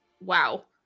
wow